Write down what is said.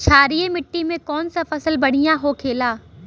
क्षारीय मिट्टी में कौन फसल बढ़ियां हो खेला?